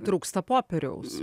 trūksta popieriaus